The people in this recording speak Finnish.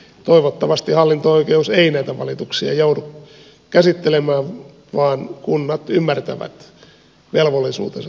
toivottavasti hallinto oikeus ei näitä valituksia joudu käsittelemään vaan kunnat ymmärtävät velvollisuutensa tässä suhteessa